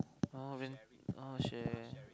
oh then oh share